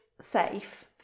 safe